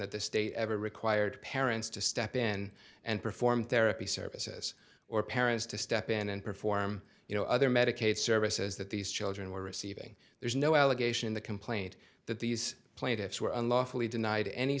that the state ever required parents to step in and perform therapy services or parents to step in and perform you know other medicaid services that these children were receiving there's no allegation in the complaint that these plaintiffs were unlawfully denied any